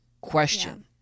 question